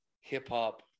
hip-hop